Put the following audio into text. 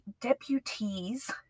deputies